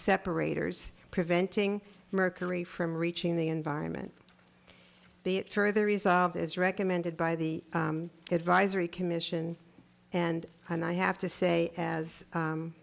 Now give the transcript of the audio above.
separators preventing mercury from reaching the environment the it further resolved as recommended by the advisory commission and and i have to say as